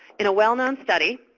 in a well-known study,